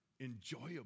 enjoyable